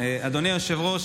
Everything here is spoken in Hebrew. אדוני היושב-ראש,